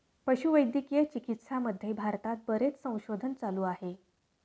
पशुवैद्यकीय चिकित्सामध्ये भारतात बरेच संशोधन चालू आहे